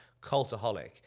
cultaholic